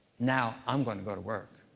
now, i'm gonna go to work,